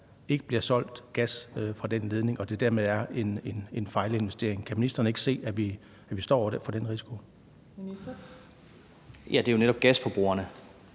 der ikke bliver solgt gas fra den ledning og det dermed er en fejlinvestering. Kan ministeren ikke se, at vi står over for den risiko? Kl. 14:42 Tredje næstformand